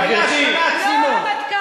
לא הרמטכ"ל.